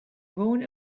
going